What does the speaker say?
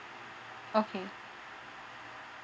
okay